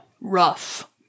Rough